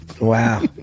Wow